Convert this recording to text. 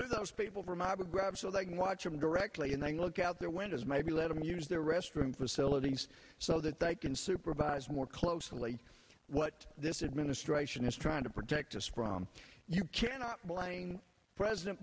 those people ramada grab so they can watch him directly and then look out their windows maybe let him use the restroom facilities so that they can supervise more closely what this administration is trying to protect us from you cannot blame president